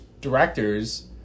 directors